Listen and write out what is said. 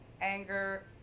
anger